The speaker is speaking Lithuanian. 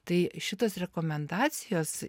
tai šitos rekomendacijos